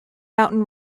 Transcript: mountain